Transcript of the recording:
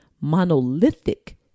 monolithic